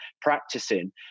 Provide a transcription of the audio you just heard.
practicing